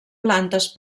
plantes